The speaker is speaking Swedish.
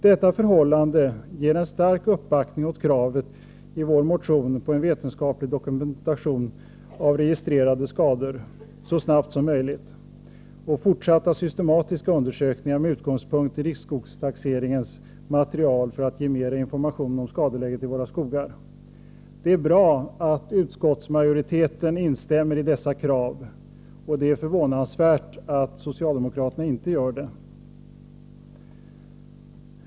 Detta förhållande ger en stark uppbackning åt kravet i vår motion på en vetenskaplig dokumentation så snabbt som möjligt av registrerade skador och fortsatta systematiska undersökningar med utgångspunkt i riksskogstaxeringens material för att ge mer information om skadeläget i våra skogar. Det är bra att utskottsmajoriteten instämmer i dessa krav. Och det är förvånansvärt att socialdemokraterna inte gör det.